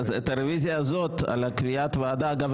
אז את הרוויזיה הזאת על קביעת הוועדה אגב,